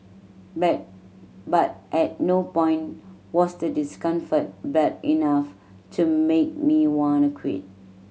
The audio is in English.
but but at no point was the discomfort bad enough to make me wanna quit